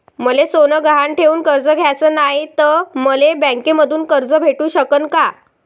मले सोनं गहान ठेवून कर्ज घ्याचं नाय, त मले बँकेमधून कर्ज भेटू शकन का?